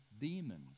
demons